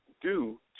due